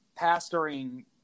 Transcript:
pastoring